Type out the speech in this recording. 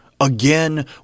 Again